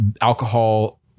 alcohol